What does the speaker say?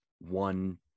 one